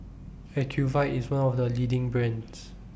Ocuvite IS one of The leading brands